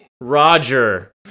Roger